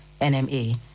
NMA